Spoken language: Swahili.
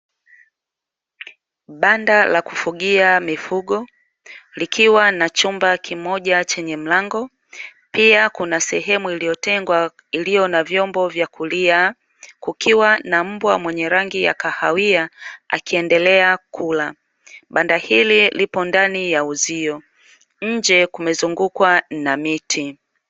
Banda la kufugia mifugo likiwa na chumba kimoja chenye mlango, pia kuna sehemu iliyotengwa iliyo na vyombo vya kulia, kukiwa na mbwa mwenye rangi ya kahawia akiendelea kula, banda hili lipo ndani ya uzio, nje kumezungukwa na miti.